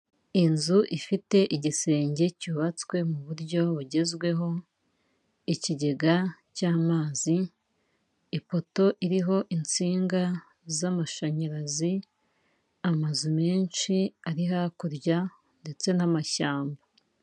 Inzu ifite igisenge cyubatswe mu buryo bugezweho, ikigega cy'amazi, ipoto iriho insinga z'amashanyarazi, amazu menshi ari hakurya ndetse n'amashyamba.